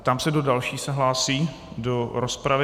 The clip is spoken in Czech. Ptám se, kdo další se hlásí do rozpravy.